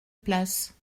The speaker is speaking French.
place